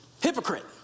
Hypocrite